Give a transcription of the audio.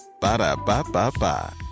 Ba-da-ba-ba-ba